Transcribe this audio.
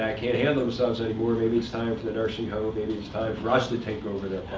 and can't handle themselves anymore. maybe it's time for the nursing home. maybe it's time for us to take over their